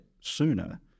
sooner